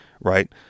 right